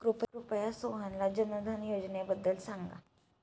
कृपया सोहनला जनधन योजनेबद्दल सांगा